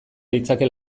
litzake